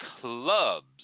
Clubs